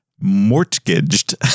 mortgaged